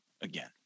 again